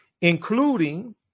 including